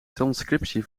transcriptie